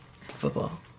Football